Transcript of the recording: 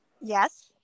yes